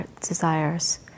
desires